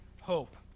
hope